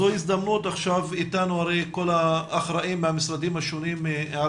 נמצאים כאן אתנו כל האחראים מהמשרדים השונים על